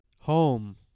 Home